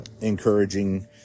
encouraging